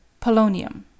Polonium